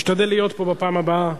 תשתדל להיות פה בפעם הבאה.